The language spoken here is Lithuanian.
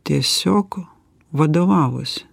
tiesiog vadovavosi